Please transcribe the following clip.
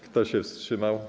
Kto się wstrzymał?